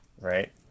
right